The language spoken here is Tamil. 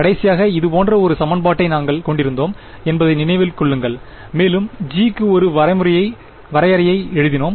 கடைசியாக இது போன்ற ஒரு சமன்பாட்டை நாங்கள் கொண்டிருந்தோம் என்பதை நினைவில் கொள்ளுங்கள் மேலும் g க்கு ஒரு வரையறையை எழுதினோம்